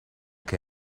che